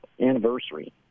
anniversary